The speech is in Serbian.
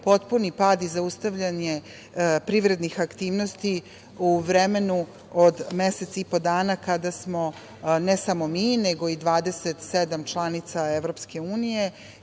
potpuni pad i zaustavljanje privrednih aktivnosti u vremenu od mesec i po dana, kada smo ne samo mi nego i 27 članica EU,